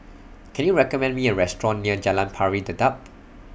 Can YOU recommend Me A Restaurant near Jalan Pari Dedap